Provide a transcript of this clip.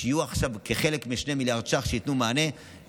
שיהיו עכשיו חלק מ-2 מיליארד ש"ח שייתנו מענה.